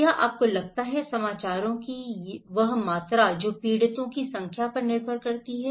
क्या आपको लगता है समाचारों की वह मात्रा जो पीड़ितों की संख्या पर निर्भर करती है